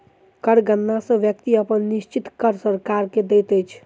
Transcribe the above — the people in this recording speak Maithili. कर गणना सॅ व्यक्ति अपन निश्चित कर सरकार के दैत अछि